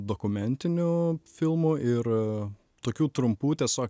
dokumentinių filmų ir tokių trumpų tiesiog